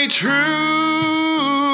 true